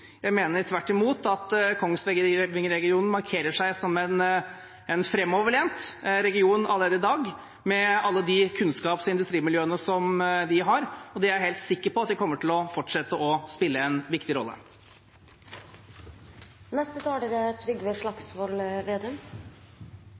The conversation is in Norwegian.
Jeg mener tvert imot at Kongsvinger-regionen markerer seg som en framoverlent region allerede i dag med alle de kunnskaps- og industrimiljøene de har. Og jeg er helt sikker på at de kommer til å spille en viktig